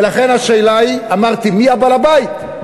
ולכן השאלה היא, אמרתי: מי בעל הבית?